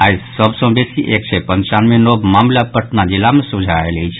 आइ सभ सँ बेसी एक सय पंचानवे नव मामिला पटना जिला मे सोझा आयल अछि